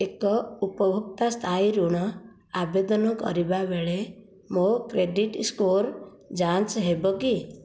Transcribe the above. ଏକ ଉପଭୋକ୍ତା ସ୍ଥାୟୀ ଋଣ ଆବେଦନ କରିବା ବେଳେ ମୋ କ୍ରେଡ଼ିଟ୍ ସ୍କୋର୍ ଯାଞ୍ଚ ହେବ କି